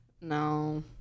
No